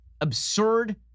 absurd